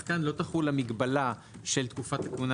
כאן לא תחול המגבלה של תקופת הכהונה